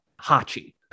Hachi